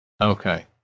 Okay